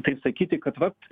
taip sakyti kad vat